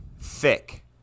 thick